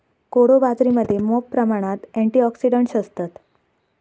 कोडो बाजरीमध्ये मॉप प्रमाणात अँटिऑक्सिडंट्स असतत